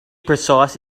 precise